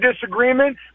disagreement